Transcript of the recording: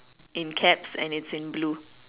in caps and it's in blue